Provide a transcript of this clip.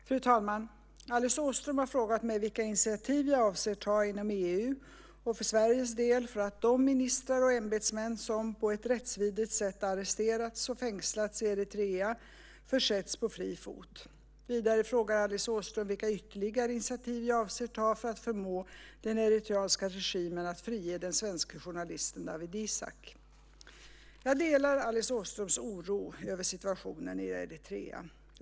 Fru talman! Alice Åström har frågat mig vilka initiativ jag avser att ta inom EU och för Sveriges del för att de ministrar och ämbetsmän som på ett rättsvidrigt sätt arresterats och fängslats i Eritrea försätts på fri fot. Vidare frågar Alice Åström vilka ytterligare initiativ jag avser att ta för att förmå den eritreanska regimen att frige den svenske journalisten Dawit Isaak. Jag delar Alice Åströms oro över situationen i Eritrea.